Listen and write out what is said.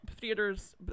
theaters